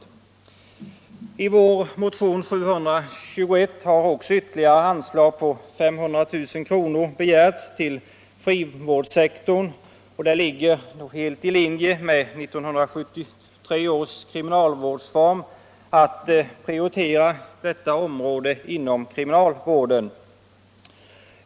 fjitssaniadtn ne I vår motion 721 har också ytterligare anslag på 500 000 kr. begärts — Anslag till kriminaltill frivårdssektorn. Detta ligger i linje med 1973 års kriminalvårdsreform, = vården som prioriterar detta område inom kriminalvården.